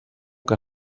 que